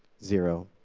zero.